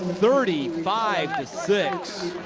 thirty five six.